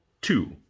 two